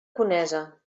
conesa